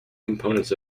components